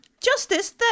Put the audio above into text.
Justice